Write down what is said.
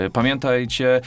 Pamiętajcie